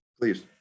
Please